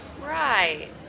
Right